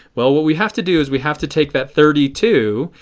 well what we have to do is we have to take that thirty two,